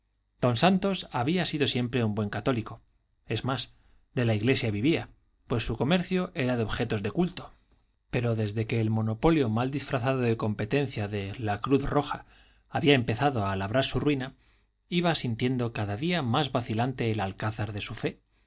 don santos había sido siempre un buen católico es más de la iglesia vivía pues su comercio era de objetos del culto pero desde que el monopolio mal disfrazado de competencia de la cruz roja había empezado a labrar su ruina iba sintiendo cada día más vacilante el alcázar de su fe